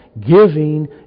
giving